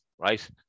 right